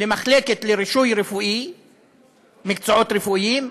למחלקת לרישוי מקצועות רפואיים,